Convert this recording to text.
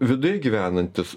viduje gyvenantis